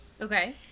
Okay